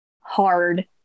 hard